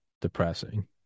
depressing